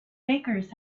bakers